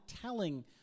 telling